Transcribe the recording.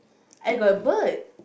I got a bird